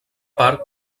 part